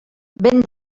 vent